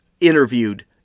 interviewed